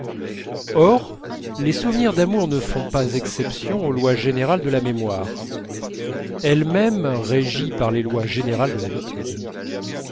or les souvenirs d'amour ne font pas exception aux lois générales de la mémoire elles-mêmes régies par les lois plus générales de l'habitude